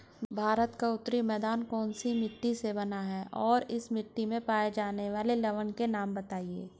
भारत का उत्तरी मैदान कौनसी मिट्टी से बना है और इस मिट्टी में पाए जाने वाले लवण के नाम बताइए?